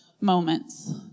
moments